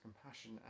compassion